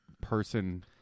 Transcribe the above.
person